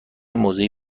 موضعی